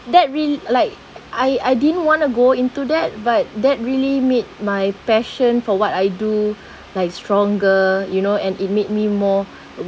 that real~ uh like I I didn't want to go into that but that really made my passion for what I do like stronger you know and it made me more uh